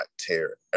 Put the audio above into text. tear